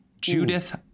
Judith